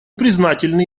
признательны